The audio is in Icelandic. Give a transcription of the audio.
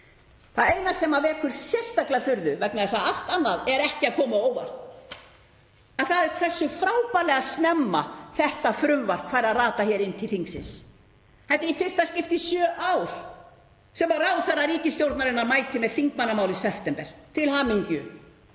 Það eina sem vekur sérstaklega furðu, vegna þess að allt annað kemur ekki á óvart, er hversu frábærlega snemma þetta frumvarp fær að rata hér inn til þingsins. Þetta er í fyrsta skipti í sjö ár sem ráðherra ríkisstjórnarinnar mætir með þingmannamál í september. Til hamingju